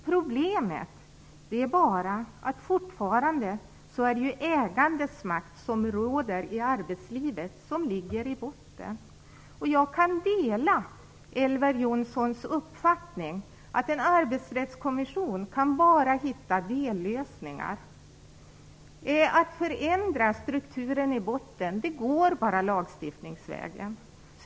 Problemet är bara att det fortfarande är ägandets makt som råder i arbetslivet och som ligger i botten. Jag kan dela Elver Jonssons uppfattning att en arbetsrättskommission bara kan hitta dellösningar. Att förändra strukturen i botten går enbart att göra lagstiftningsvägen.